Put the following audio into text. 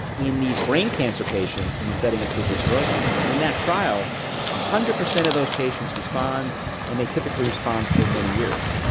in these brain cancer patients in the setting of tuberous sclerosis, and in that trial one ah hundred percent of those patients respond and they typically respond for many years.